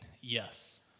Yes